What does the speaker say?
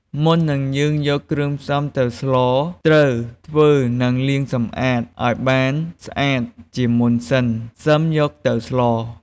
មុននឹងយើងយកគ្រឿងផ្សំទៅស្ល ត្រូវធ្វើនិងលាងសម្អាតឱ្យបានស្អាតជាមុនសិនសឹមយកទៅស្ល។